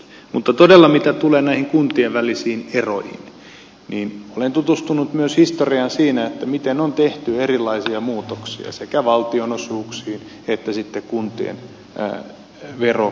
mutta todella mitä tulee näihin kuntien välisiin eroihin olen tutustunut myös historiaan siitä miten on tehty erilaisia muutoksia sekä valtionosuuksiin että sitten kuntien vero osuuksiin